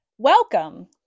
Welcome